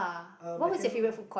uh my favourite were